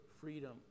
freedom